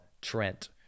Trent